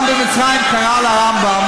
פעם אחת הסולטן במצרים קרא לרמב"ם,